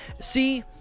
See